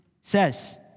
says